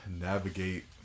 navigate